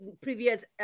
previous